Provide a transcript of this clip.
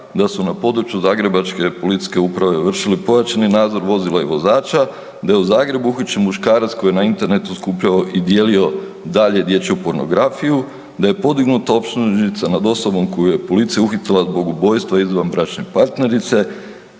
da su na području Zagrebačke policijske uprave vršili pojačani nadzor vozila i vozača, da je u Zagrebu uhićen muškarac koji je na internetu skupljao i dijelio dalje dječju pornografiju, da je podignuta optužnica nad osobom koju je policija uhitila zbog ubojstva izvanbračne partnerice,